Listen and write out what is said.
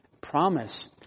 promise